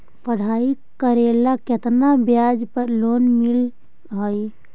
पढाई करेला केतना ब्याज पर लोन मिल हइ?